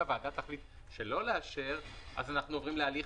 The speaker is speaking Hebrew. אם הוועדה תחליט שלא לאשר אז אנחנו עוברים להליך